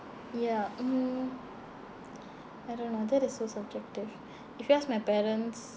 ya mm I don't know that is so subjective if you ask my parents